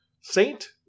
Saint